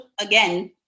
Again